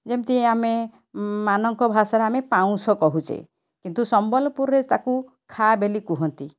ଯେମିତି ଆମେ ମାନକ ଭାଷାରେ ଆମେ ପାଉଁଶ କହୁଛେ କିନ୍ତୁ ସମ୍ବଲପୁରରେ ତାକୁ ଖା ବୋଲି କୁହନ୍ତି